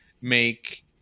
make